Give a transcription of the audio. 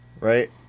right